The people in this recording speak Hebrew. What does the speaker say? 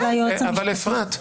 אפרת,